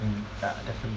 mm ya definitely